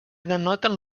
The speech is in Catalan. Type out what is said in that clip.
denoten